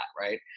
Right